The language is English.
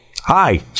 hi